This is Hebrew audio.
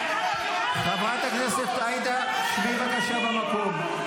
חברת הכנסת עאידה, שבי בבקשה במקום.